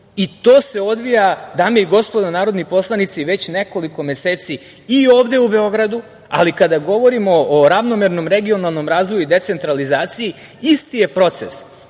se odvija, dame i gospodo narodni poslanici već nekoliko meseci i ovde u Beogradu, ali kada govorimo o ravnomernom regionalnom razvoju i decentralizaciji isti je proces